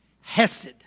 Hesed